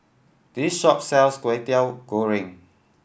this shop sells Kwetiau Goreng